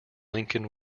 lincoln